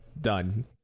Done